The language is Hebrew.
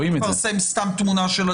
ראויה ומקובלת לתת הגנה נוספת על חפותו של אדם.